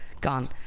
gone